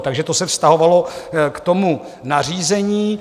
Takže to se vztahovalo k tomu nařízení.